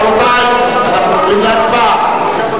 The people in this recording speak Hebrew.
רבותי, אנחנו עוברים להצבעה.